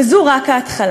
וזו רק ההתחלה.